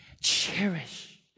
cherish